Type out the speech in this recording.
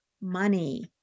money